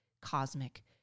cosmic